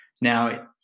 Now